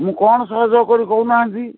ମୁଁ କ'ଣ ସହଯୋଗ କରିବି କହୁନାହାନ୍ତି